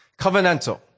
Covenantal